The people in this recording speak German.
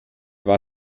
war